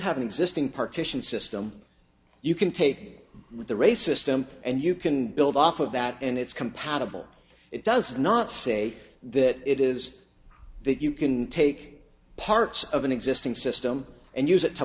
have an existing partition system you can take with the race system and you can build off of that and it's compatible it does not say that it is that you can take parts of an existing system and use it to